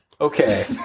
Okay